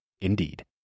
Indeed